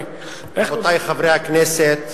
רבותי חברי הכנסת,